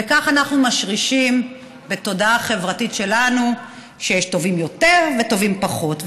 וכך אנחנו משרישים בתודעה החברתית שלנו שיש טובים יותר וטובים פחות.